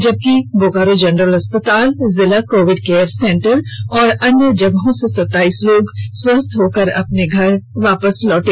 जबकि बोकारो जनरल अस्पताल जिला कोविड केयर सेंटर और अन्य जगहों से सताईस लोग स्वस्थ होकर अपने घर वापस लौटे